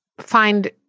find